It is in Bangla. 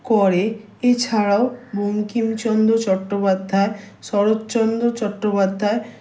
করে এছাড়াও বঙ্কিমচন্দ্র চট্টোপাধ্যায় শরৎচন্দ্র চট্টোপাধ্যায়